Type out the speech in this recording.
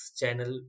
channel